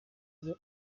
ibyo